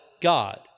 God